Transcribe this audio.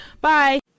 Bye